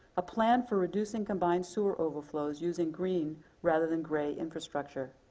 a plan for reducing combined sewer overflows using green rather than grey infrastructure.